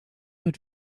had